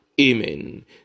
Amen